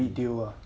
video ah